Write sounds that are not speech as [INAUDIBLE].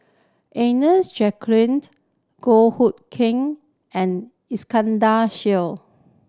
Agnes Joaquimed Goh Hood Keng and Iskandar [UNINTELLIGIBLE]